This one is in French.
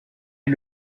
est